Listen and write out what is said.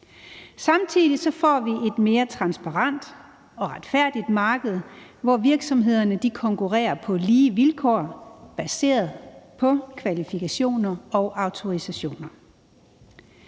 Samtidig får vi et mere transparent og retfærdigt marked, hvor virksomhederne konkurrerer på lige vilkår baseret på kvalifikationer og autorisationer.